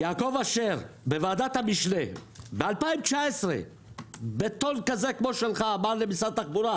יעקב אשר בוועדת המשנה ב-2019 בטון כזה כמו שלך אמר למשרד התחבורה: